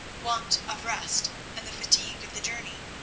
want of rest, and the fatigue of the journey.